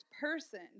person